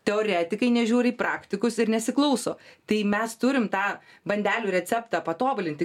teoretikai nežiūri į praktikus ir nesiklauso tai mes turim tą bandelių receptą patobulinti